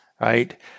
right